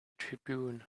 tribune